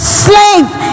slave